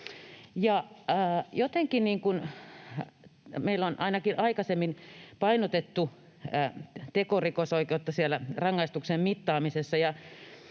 meillä on ainakin aikaisemmin painotettu tekorikosoikeutta siellä rangaistuksen mittaamisessa,